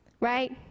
Right